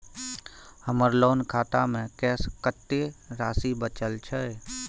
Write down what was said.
हमर लोन खाता मे शेस कत्ते राशि बचल छै?